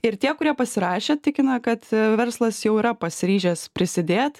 ir tie kurie pasirašė tikina kad verslas jau yra pasiryžęs prisidėt